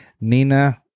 Nina